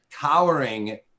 cowering